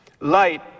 Light